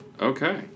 Okay